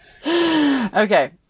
okay